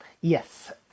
Yes